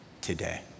today